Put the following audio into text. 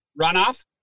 runoff